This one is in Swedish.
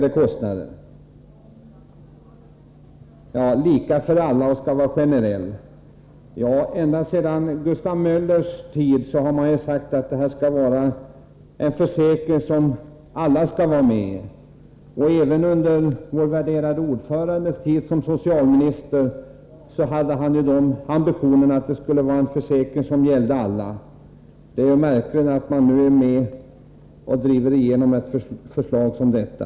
Systemet skall vara lika för aila och vara generellt. Ända sedan Gustav Möllers tid har man talat om en försäkring som alla skall vara med i. Även utskottets värderade ordförande hade under sin tid som socialminister ambitionen att försäkringen skulle gälla alla. Det är märkligt att man nu driver igenom ett förslag som detta.